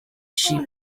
sheep